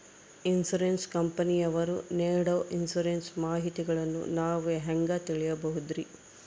Insurance ಕಂಪನಿಯವರು ನೇಡೊ insurance ಮಾಹಿತಿಗಳನ್ನು ನಾವು ಹೆಂಗ ತಿಳಿಬಹುದ್ರಿ?